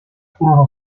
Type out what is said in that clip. furono